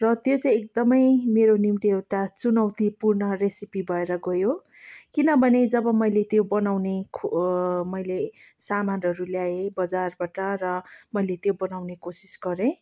र त्यो चाहिँ एकदमै मेरो निम्ति एउटा चुनौतीपूर्ण रेसिपी भएर गयो किनभने जब मैले त्यो बनाउने मैले सामानहरू ल्याएँ बजारबाट र मैले त्यो बनाउने कोसिस गरेँ